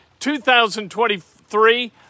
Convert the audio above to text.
2023